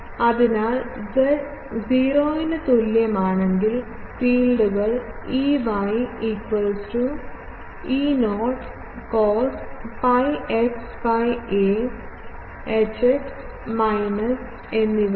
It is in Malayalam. അതിനാൽ z 0 ന് തുല്യമാണെങ്കിൽ ഫീൽഡുകൾ Ey E0 cos pi x by a Hx minus എന്നിവയാണ്